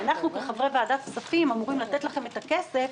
אנחנו כחברי ועדת הכספים אמורים לתת לכם את הכסף,